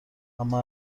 اما